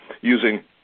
using